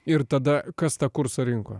ir tada kas tą kursą rinko